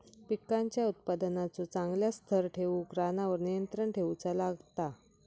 पिकांच्या उत्पादनाचो चांगल्या स्तर ठेऊक रानावर नियंत्रण ठेऊचा लागता